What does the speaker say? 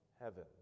heaven